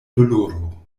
doloro